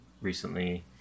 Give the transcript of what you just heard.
recently